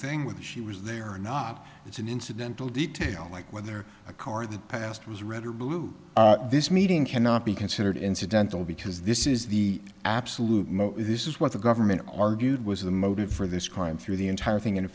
thing with she was there or not it's an incidental detail like whether a car that passed was red or blue this meeting cannot be considered incidental because this is the absolute this is what the government argued was the motive for this crime through the entire thing